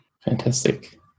Fantastic